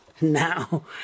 Now